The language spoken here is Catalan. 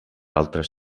altres